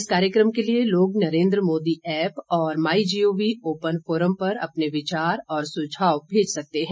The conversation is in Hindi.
इस कार्यक्रम के लिए लोग नरेन्द्र मोदी ऐप और माईजीओवी ओपन फोरम पर अपने विचार और सुझाव भेज सकते हैं